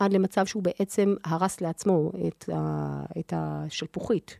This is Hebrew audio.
עד למצב שהוא בעצם הרס לעצמו את השלפוחית.